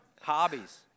Hobbies